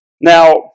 Now